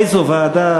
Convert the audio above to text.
איזו ועדה,